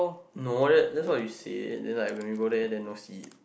no that that's what you said then like when we go there then not see